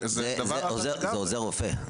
זה עמית רופא.